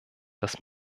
das